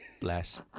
bless